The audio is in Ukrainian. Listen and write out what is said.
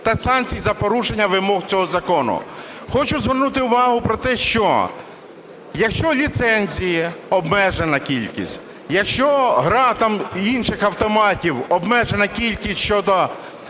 та санкцій за порушення вимог цього закону". Хочу звернути увагу на те, що якщо ліцензій обмежена кількість, якщо гра там інших автоматів – обмежена кількість щодо